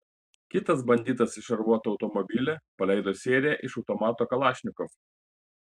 kitas banditas į šarvuotą automobilį paleido seriją iš automato kalašnikov